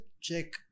check